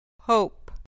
Hope